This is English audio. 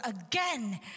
again